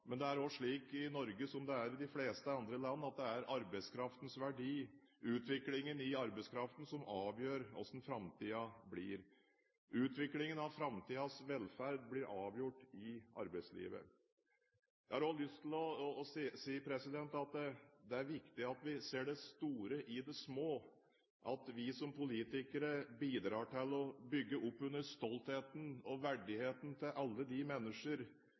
men det er også slik i Norge som det er i de fleste andre land, at det er arbeidskraftens verdi, utviklingen i arbeidskraften, som avgjør hvordan framtiden blir. Utviklingen av framtidens velferd blir avgjort i arbeidslivet. Jeg har også lyst til å si at det er viktig at vi ser det store i det små, at vi som politikere bidrar til å bygge opp under stoltheten og verdigheten til alle de mennesker